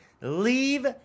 leave